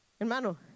hermano